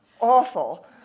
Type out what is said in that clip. awful